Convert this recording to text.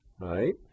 right